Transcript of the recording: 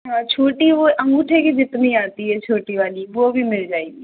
हाँ छोटी वो अंगूठे के जितने आती है छोटी वाली वह भी मिल जाएगी